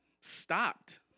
stopped